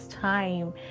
time